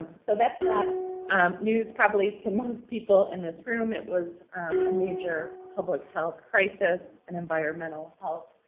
so that's not news, probably, to most people in this room, it was a major public health crisis, an environmental health